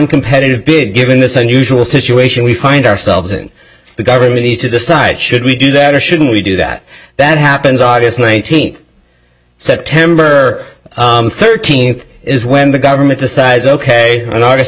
competitive bid given this unusual situation we find ourselves in the government needs to do side should we do that or should we do that that happens august nineteenth september thirteenth is when the government decides ok on a